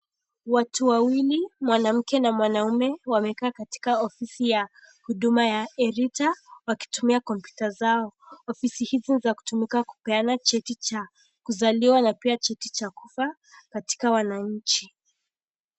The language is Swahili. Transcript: Watu wawili, mwanamke na mwanaume, wamekaa katika ofisi ya huduma ya Helita wakitumia kompyuta zao. Ofisi hizo za kutumika kupeana cheti cha kuzaliwa na pia cheti cha kufa katika wanainchi.